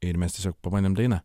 ir mes tiesiog pabandėm dainą